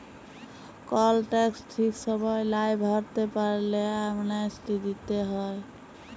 call tax ঠিক সময় লায় ভরতে পারল্যে, অ্যামনেস্টি দিতে হ্যয়